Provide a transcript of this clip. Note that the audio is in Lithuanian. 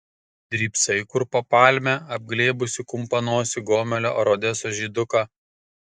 drybsai kur po palme apglėbusi kumpanosį gomelio ar odesos žyduką